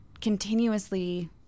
continuously